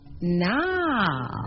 Now